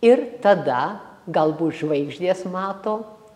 ir tada galbūt žvaigždės mato